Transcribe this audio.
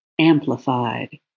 amplified